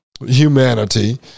humanity